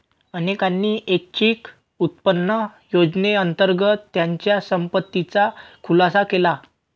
अनेकांनी ऐच्छिक उत्पन्न योजनेअंतर्गत त्यांच्या संपत्तीचा खुलासा केला